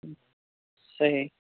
صحیح